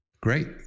Great